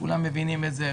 כולם מבינים את זה,